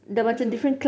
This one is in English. apa tu